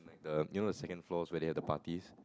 like the you know the second floors where they have the parties